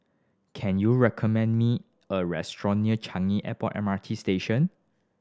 can you recommend me a restaurant near Changi Airport M R T Station